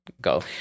go